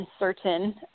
uncertain